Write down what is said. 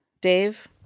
Dave